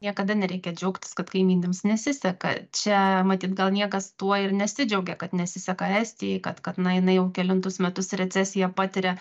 niekada nereikia džiaugtis kad kaimynėms nesiseka čia matyt gal niekas tuo ir nesidžiaugia kad nesiseka estijai kad kad na jinai jau kelintus metus recesiją patiria